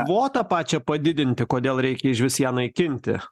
kvotą pačią padidinti kodėl reikia išvis ją naikinti